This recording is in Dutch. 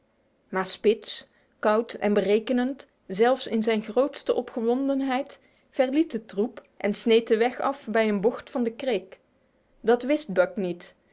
maar spitz koud en berekenend zelfs in zijn grootste opgewondenheid verliet de troep en sneed de weg af bij een bocht van de kreek dat wist buck niet